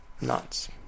Nuts